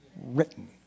written